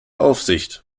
aufsicht